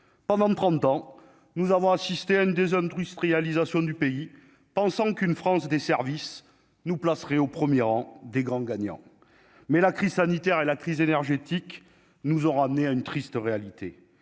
pendant 30 ans, nous avons assisté à une dizaine de Russes réalisation du pays, pensant qu'une France des services nous placerait au 1er rang des grands gagnants, mais la crise sanitaire et la crise énergétique nous ont ramener à une triste réalité